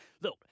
Look